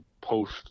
post